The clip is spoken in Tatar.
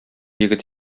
егет